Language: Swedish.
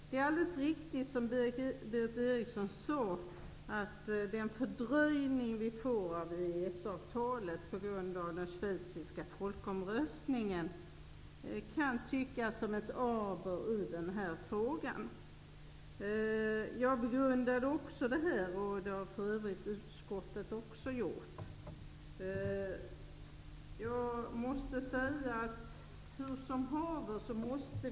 Det är alldeles riktigt, som Berit Eriksson sade, att den fördröjning vi får av EES-avtalet på grund av den schweiziska folkomröstningen kan tyckas som ett aber i den här frågan. Jag begrundade också detta, och det har utskottet också gjort. Jag måste säga att det må vara hur som helst med det.